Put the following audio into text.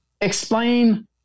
explain